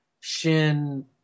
shin